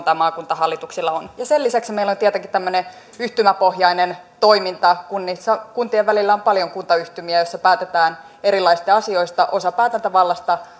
tai maakuntahallituksilla esimerkiksi on sen lisäksi meillä on tietenkin tämmöinen yhtymäpohjainen toiminta kunnissa kuntien välillä on paljon kuntayhtymiä joissa päätetään erilaisista asioista osa päätäntävallasta